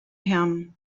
him